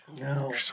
No